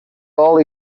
all